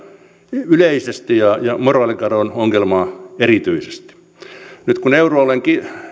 yleisesti ja ja moraalikadon ongelmaa erityisesti nyt kun euroalueen